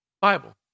Bible